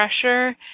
pressure